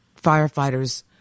firefighters